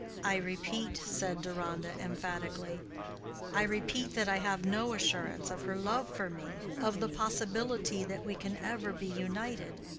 i repeat, said deronda, emphatically i repeat that i have no assurance of her love for me, of the possibility that we can ever be united.